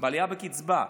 העלייה בקצבה.